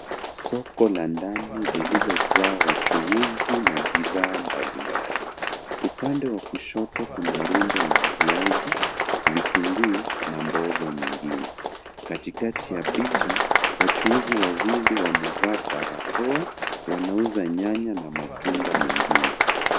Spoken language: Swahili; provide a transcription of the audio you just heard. Soko la ndani lililojaa wachuuzi na bidhaa mbalimbali. Upande wa kushoto kuna rundo la viazi , vitunguu na mboga nyingine. Katikati ya picha, wachuuzi wawili wamevaa barakoa , wanauza nyanya na matunda mengine.